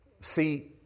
see